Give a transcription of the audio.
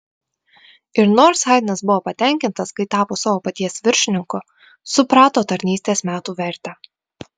ir nors haidnas buvo patenkintas kai tapo savo paties viršininku suprato tarnystės metų vertę